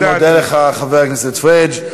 אני מודה לך, חבר הכנסת פריג'.